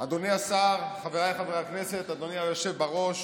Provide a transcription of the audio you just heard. אדוני השר, חבריי חברי הכנסת, אדוני היושב בראש,